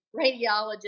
radiologist